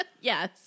Yes